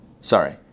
Sorry